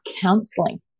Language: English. counseling